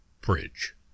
bridge